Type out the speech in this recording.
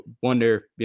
wonder